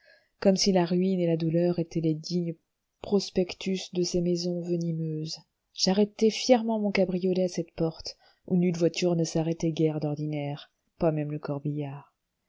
comme si la ruine et la douleur étaient les dignes prospectus de ces maisons venimeuses j'arrêtai fièrement mon cabriolet à cette porte où nulle voiture ne s'arrêtait guère d'ordinaire pas même le corbillard